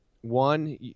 One